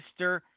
Mr